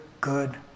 good